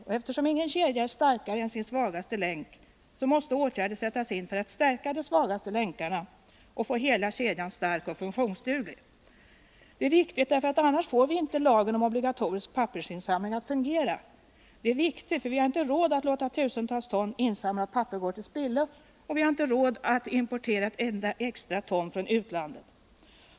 Och eftersom ingen kedja är starkare än sin svagaste länk, måste åtgärder sättas in för att stärka de svagaste länkarna och få hela kedjan stark och funktionsduglig. Detta är viktigt, därför att annars får vi inte lagen om obligatorisk pappersinsamling att fungera. Det är viktigt för vi har inte råd att låta tusentals ton insamlat papper gå till spillo, och vi har inte råd att importera ett enda extra ton returpapper.